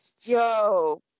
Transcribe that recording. Yo